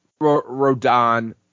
Rodon